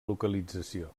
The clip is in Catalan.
localització